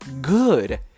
good